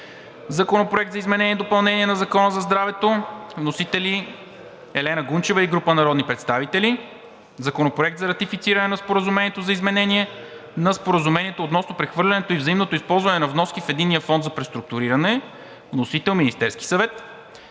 Законопроект за изменение и допълнение на Закона за здравето. Вносители – Елена Гунчева и група народни представители. Законопроект за ратифициране на Споразумението за изменение на Споразумението относно прехвърлянето и взаимното използване на вноски в Единния фонд за преструктуриране. Вносител – Министерският съвет.